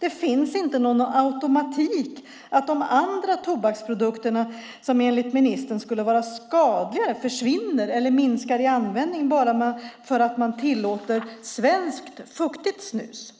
Det finns inte någon automatik i att de andra tobaksprodukterna, som enligt ministern skulle vara skadligare, försvinner eller att användningen minskar bara för att man tillåter svenskt fuktigt snus.